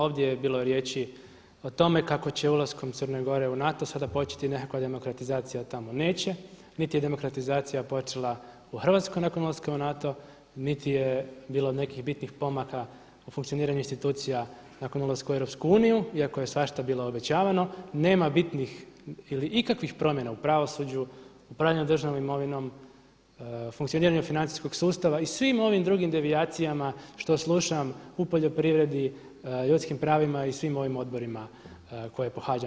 Ovdje je bilo riječi o tome kako će ulaskom Crne Gore u NATO sada početi nekakva demokratizacija, a tamo neće, niti je demokratizacija počela u Hrvatskoj nakon ulaska u NATO, niti je bilo nekih bitnih pomaka u funkcioniranju institucija nakon ulaska u EU, iako je svašta bilo obećavano nema bitnih ili ikakvih promjena u pravosuđu, upravljanju državnom imovinom, funkcioniranju financijskog sustava i svim ovim drugim devijacijama što slušam u poljoprivredi, ljudskim pravima i svim ovim odborima koje pohađam.